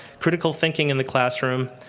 critical thinking in the classroom,